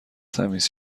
تمیز